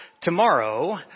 tomorrow